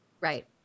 Right